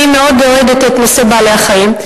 אני מאוד אוהדת את נושא בעלי-החיים,